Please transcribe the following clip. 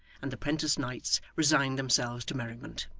and the prentice knights resigned themselves to merriment.